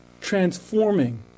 transforming